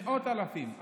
מאות אלפים,